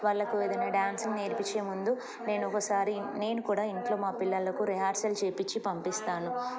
వాళ్ళకు ఏదనా డాన్స్ నేర్పించే ముందు నేను ఒకసారి నేను కూడా ఇంట్లో మా పిల్లలకు రిహార్సల్ చేయించి పంపిస్తాను